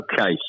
Okay